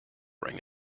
ring